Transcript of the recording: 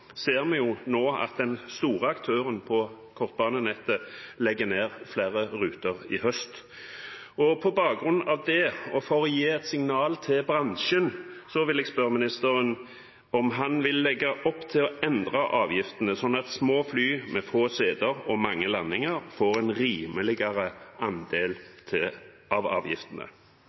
ser jo nå at den store aktøren på kortbanenettet legger ned flere ruter i høst. På bakgrunn av det og for å gi et signal til bransjen vil jeg spørre ministeren om han vil legge opp til å endre avgiftene, sånn at små fly med få seter og mange landinger får en rimeligere andel av avgiftene.